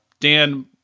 Dan